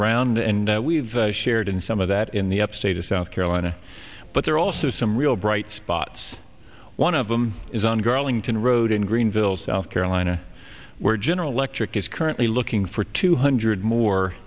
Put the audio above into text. around and we've shared some of that in the upstate of south carolina but there are also some real bright spots one of them is on girling to a road in greenville south carolina where general electric is currently looking for two hundred more